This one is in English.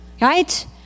right